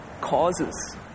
causes